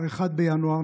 1 בינואר,